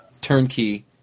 turnkey